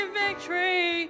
victory